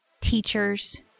teachers